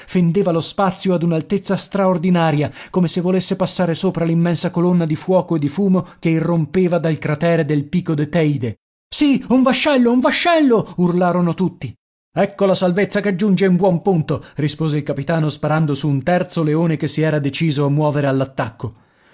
fendeva lo spazio ad un'altezza straordinaria come se volesse passare sopra l'immensa colonna di fuoco e di fumo che irrompeva dal cratere del pico de teyde sì un vascello un vascello urlarono tutti ecco la salvezza che giunge in buon punto rispose il capitano sparando su un terzo leone che si era deciso a muovere